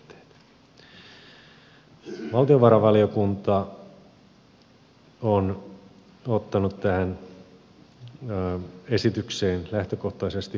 valtiovarainvaliokunta on ottanut tähän esitykseen lähtökohtaisesti positiivisen kannan